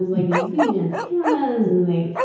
has like these huge antennas and they